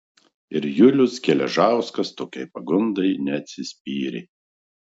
ir julius geležauskas tokiai pagundai neatsispyrė